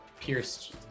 pierced